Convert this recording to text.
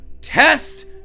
test